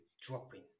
dropping